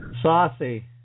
Saucy